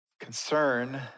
concern